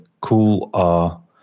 cool